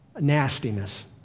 nastiness